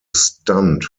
stunt